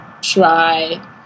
try